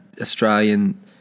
Australian